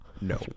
No